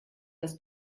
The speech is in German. das